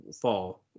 fall